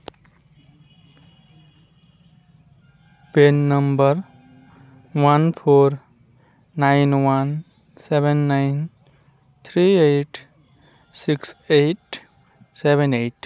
PAN number one four nine one seven nine three eight six eight seven eight